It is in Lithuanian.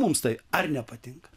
mums tai ar nepatinka